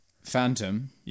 Phantom